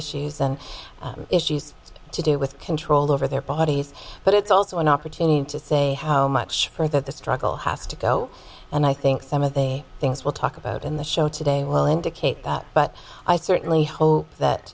issues and issues to do with control over their bodies but it's also an opportunity to say how much for that the struggle has to go and i think some of the things we'll talk about in the show today will indicate that but i certainly hope that